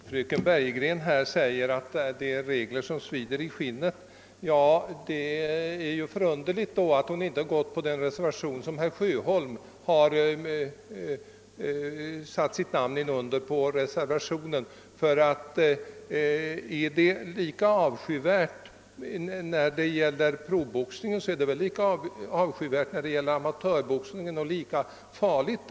Herr talman! Fröken Bergegren säger att det är rätt att skapa regler för något som svider i skinnet. Det är förunderligt då, att hon inte gått på herr Sjöholms reservation. Är det avskyvärt när det gäller proboxning, är det väl lika avskyvärt när det gäller amatörboxningen och lika farligt.